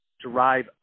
drive